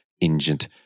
injured